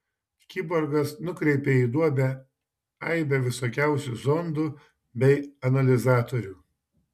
kiborgas nukreipė į duobę aibę visokiausių zondų bei analizatorių